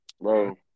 bro